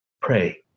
pray